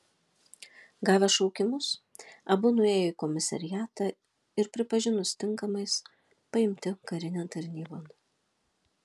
gavę šaukimus abu nuėjo į komisariatą ir pripažinus tinkamais paimti karinėn tarnybon